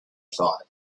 thought